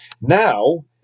Now